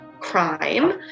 crime